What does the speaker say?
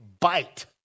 bite